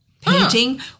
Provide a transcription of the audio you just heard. painting